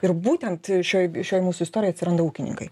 ir būtent šioj šioj mūsų istorijoj atsiranda ūkininkai